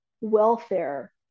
welfare